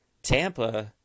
tampa